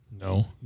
No